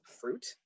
fruit